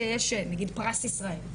כשיש נגיד פרס ישראל,